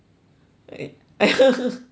it ya